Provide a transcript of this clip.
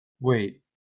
wait